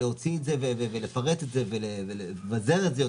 שלהוציא את זה ולפרט את זה ולבזר את זה,